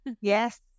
Yes